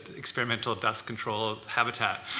experimental dust controlled habitat.